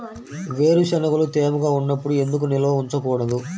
వేరుశనగలు తేమగా ఉన్నప్పుడు ఎందుకు నిల్వ ఉంచకూడదు?